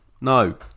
No